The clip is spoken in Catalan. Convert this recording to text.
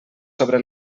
sobre